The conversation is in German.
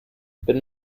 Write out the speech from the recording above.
wenn